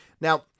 Now—